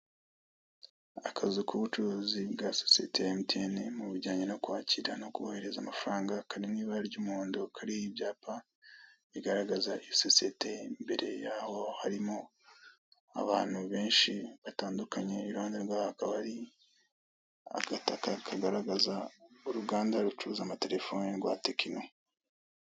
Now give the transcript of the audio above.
Akazu k'ubucuruzi bwa sosiyete ya emutiyeni mu bijyanye no kwakira no kohereza amafaranga, kari mw'ibara ry'umuhondo, kariho ibyapa bigaragaza iyo sosiyete. Imbere yaho harimo abantu benshi batandukanye, iruhande rwaho hakaba hari agataka kagaragaza uruganda rucuruza amatelefone rwa tekino.